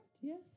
Yes